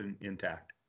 intact